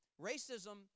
Racism